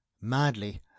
madly